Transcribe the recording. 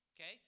okay